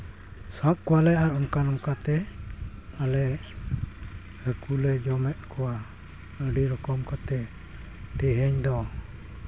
ᱥᱟᱵ ᱠᱚᱣᱟᱞᱮ ᱟᱨ ᱚᱱᱠᱟ ᱚᱱᱠᱟᱛᱮ ᱟᱞᱮ ᱦᱟᱹᱠᱩᱞᱮ ᱡᱚᱢᱮᱫ ᱠᱚᱣᱟ ᱟᱹᱰᱤ ᱨᱚᱠᱚᱢ ᱠᱟᱛᱮ ᱛᱮᱦᱮᱧ ᱫᱚ